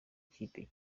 kipe